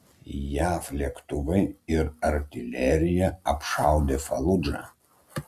jav lėktuvai ir artilerija apšaudė faludžą